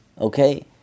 okay